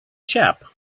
chap